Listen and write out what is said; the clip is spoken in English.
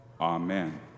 Amen